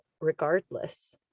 regardless